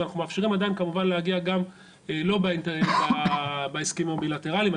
אז אנחנו מאפשרים עדיין כמובן להגיע גם לא בהסכמים הבילטראליים.